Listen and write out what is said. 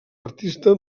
artista